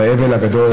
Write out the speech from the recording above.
על האבל הגדול,